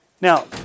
Now